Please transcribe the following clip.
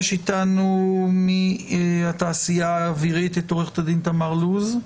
איתנו מהתעשייה האווירית, עו"ד תמר לוסק.